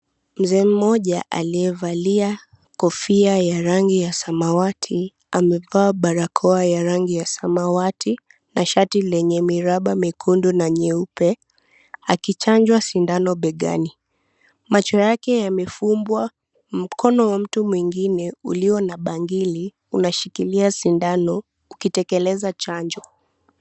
Mzee mmoja aliyevalia kofia ya rangi ya samawati amevaa barakoa ya rangi ya samawati na shati lenye miraba miekundu na nyeupe, akichanjwa sindano begani. Macho yake yamefumbwa, mkono wa mtu mwingine ulio na bangili unashikilia sindano ukitekeleza chanjo.